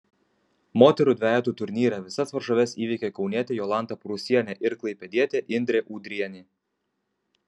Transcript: moterų dvejetų turnyre visas varžoves įveikė kaunietė jolanta prūsienė ir klaipėdietė indrė udrienė